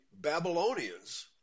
Babylonians